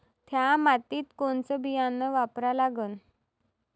थ्या मातीत कोनचं बियानं वापरा लागन?